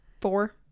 four